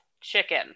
chicken